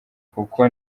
kuko